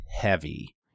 heavy